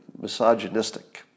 misogynistic